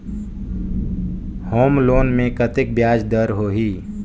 Home loan मे कतेक ब्याज दर होही?